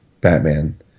Batman